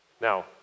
Now